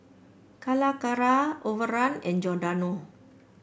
Calacara Overrun and Giordano